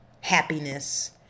happiness